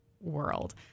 world